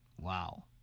Wow